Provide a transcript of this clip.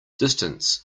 distance